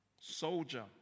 Soldier